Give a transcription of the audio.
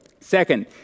Second